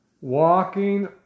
walking